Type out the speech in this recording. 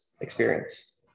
experience